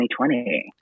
2020